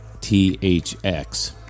Thx